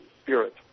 spirit